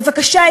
בבקשה,